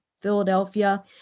Philadelphia